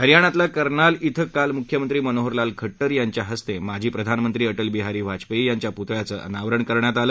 हरियाणातल्या कर्नाल इं काल मुख्यमंत्री मनोहरलाल खट्टर यांच्या हस्त माजी प्रधानमंत्री अटल बिहारी वाजपंग्री यांच्या पुतळ्याचं अनावरण करण्यात आलं